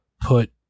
put